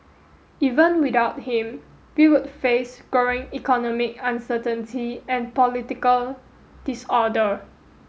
even without him we would face growing economic uncertainty and political disorder